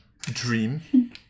dream